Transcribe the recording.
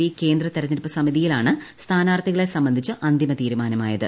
P കേന്ദ്ര തിരഞ്ഞെടുപ്പ് സമിതിയിലാണ് സ്ഥാനാർത്ഥികളെ സംബന്ധിച്ച് അന്തിമ തീരുമാനമായത്